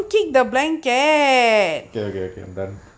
okay okay okay I am done